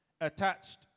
attached